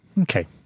Okay